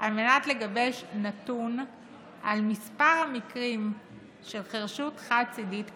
על מנת לגבש נתון על מספר המקרים של חירשות חד-צידית קבועה.